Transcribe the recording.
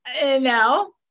No